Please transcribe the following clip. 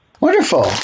Wonderful